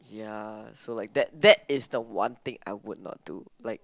ya so like that that is the one thing I would not do like